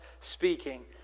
speaking